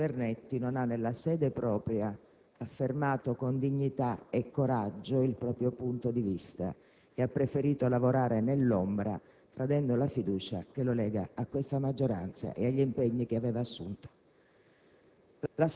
il senatore Vernetti non ha, nella sede propria, affermato con dignità e con coraggio il proprio punto di vista e ha preferito lavorare nell'ombra tradendo la fiducia che lo lega a questa maggioranza e agli impegni che aveva assunto.